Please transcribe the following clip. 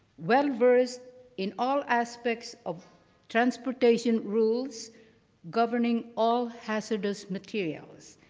well versed in all aspects of transportation rules governing all hazardous materials.